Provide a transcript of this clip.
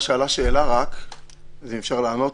רימונים נסגר,